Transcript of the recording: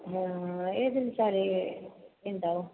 എതിന്റെ സാരി ഉണ്ടോ